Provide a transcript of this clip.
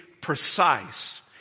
precise